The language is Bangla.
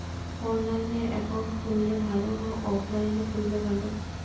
অনলাইনে একাউন্ট খুললে ভালো না অফলাইনে খুললে ভালো?